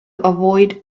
avoid